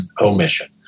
omission